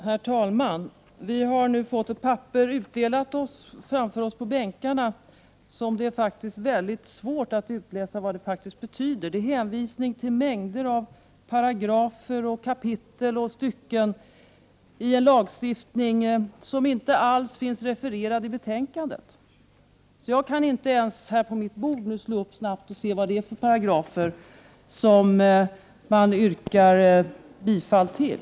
Herr talman! Vi har nu fått en handling på våra bänkar vars innehåll det faktiskt är svårt att utläsa betydelsen av. Det förekommer hänvisningar till mängder av paragrafer, kapitel och stycken i en lagstiftning som inte alls finns refererad i betänkandet. Jag kan inte ens på mitt bord se vilka paragrafer som det yrkas bifall till.